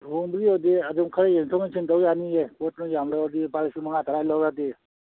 ꯂꯨꯍꯣꯡꯕꯒꯤ ꯑꯣꯏꯔꯗꯤ ꯑꯗꯨꯝ ꯈꯔ ꯌꯦꯡꯊꯣꯛ ꯌꯦꯡꯁꯤꯟ ꯇꯧ ꯌꯥꯅꯤꯌꯦ ꯄꯣꯠ ꯅꯣꯏ ꯌꯥꯝ ꯂꯧꯔꯗꯤ ꯂꯨꯄꯥ ꯂꯤꯁꯤꯡ ꯃꯉꯥ ꯇꯔꯥꯒꯤ ꯂꯧꯔꯗꯤ